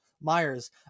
Myers